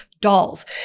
dolls